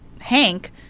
Hank